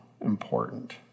important